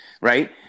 right